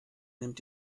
nimmt